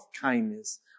kindness